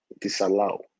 disallow